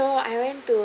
I went to